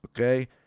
Okay